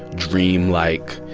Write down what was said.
dream-like